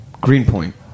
Greenpoint